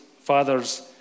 father's